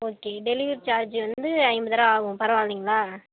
okay delivery charge வந்து ஐம்பது ரூபா ஆகும் பரவாயில்லைங்களா